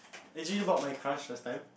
actually bought my crush last time